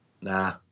Nah